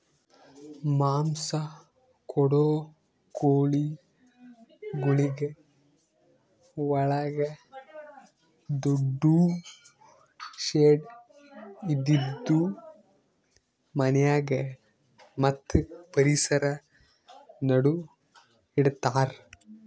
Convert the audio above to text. ಮಾಂಸ ಕೊಡೋ ಕೋಳಿಗೊಳಿಗ್ ಒಳಗ ದೊಡ್ಡು ಶೆಡ್ ಇದ್ದಿದು ಮನ್ಯಾಗ ಮತ್ತ್ ಪರಿಸರ ನಡು ಇಡತಾರ್